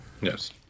Yes